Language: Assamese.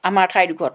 আমাৰ ঠাইডোখৰ